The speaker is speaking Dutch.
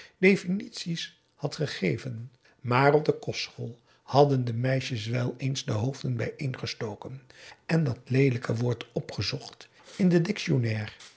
difinities had gegeven maar op de kostschool hadden de meisjes wel eens de hoofden bijeengestoken en dat leelijke woord opgezocht in de dictionnaire